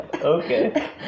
Okay